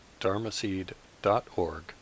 dharmaseed.org